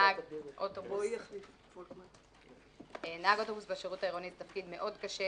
נהג אוטובוס בשרות העירוני, תפקיד מאוד קשה.